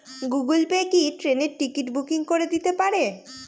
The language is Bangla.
গুগল পে কি ট্রেনের টিকিট বুকিং করে দিতে পারে?